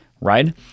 right